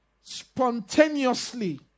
spontaneously